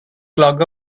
clog